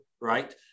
right